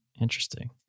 Interesting